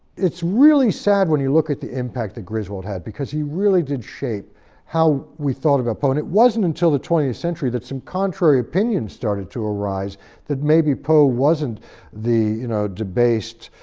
it's really sad when you look at the impact that griswold had because he really did shape how we thought about poe, and it wasn't until the twentieth century, that some contrary opinions started to arise that maybe poe wasn't the you know debased,